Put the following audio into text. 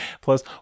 Plus